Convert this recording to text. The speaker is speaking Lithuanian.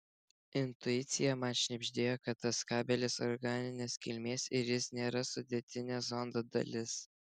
intuicija man šnibždėjo kad tas kabelis organinės kilmės ir jis nėra sudėtinė zondo dalis